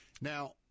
Now